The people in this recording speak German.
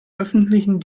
öffentlichen